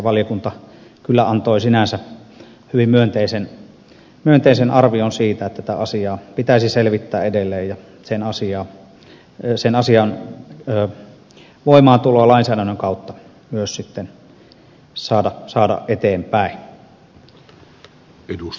valiokunta kyllä antoi sinänsä hyvin myönteisen arvion siitä että tätä asiaa pitäisi selvittää edelleen ja sen asian voimaantulo lainsäädännön kautta myös saada eteenpäin